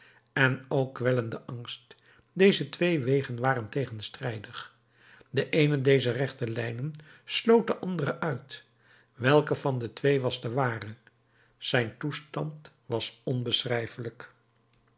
en o kwellende angst deze twee wegen waren tegenstrijdig de eene dezer rechte lijnen sloot de andere uit welke van de twee was de ware zijn toestand was onbeschrijfelijk